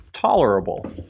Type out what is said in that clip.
tolerable